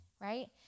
right